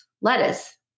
lettuce